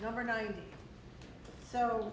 number nine so